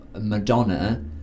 Madonna